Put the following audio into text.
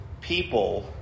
people